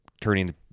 turning